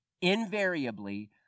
Invariably